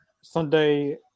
Sunday